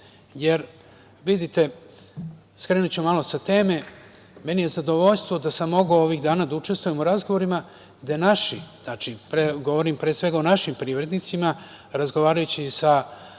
ovih dana. Skrenuću malo sa teme, meni je zadovoljstvo da sam mogao ovih dana da učestvujem u razgovorima gde naši, govorim o našim privrednicima, razgovarajući sa